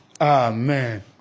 Amen